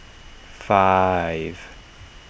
five